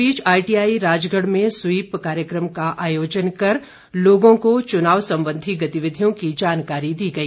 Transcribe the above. इस बीच आईटीआई राजगढ़ में स्वीप कार्यक्रम का आयोजन कर लोगों को चुनाव सबंधी गतिविधियों की जानकारी दी गई